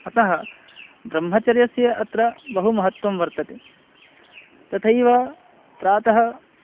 अतः ब्रह्मचर्यस्य अत्र बहुमहत्त्वं वर्तते तथैव प्रातः